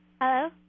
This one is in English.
Hello